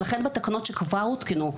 ולכן בתקנות שכבר הותקנו,